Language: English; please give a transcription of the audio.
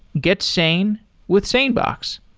get sane with sanebox.